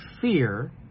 fear